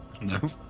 no